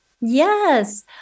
Yes